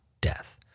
death